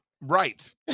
Right